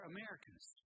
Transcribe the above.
Americans